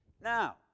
Now